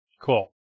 Cool